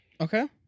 Okay